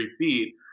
feet –